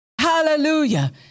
hallelujah